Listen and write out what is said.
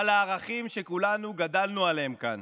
על הערכים שכולנו גדלנו עליהם כאן.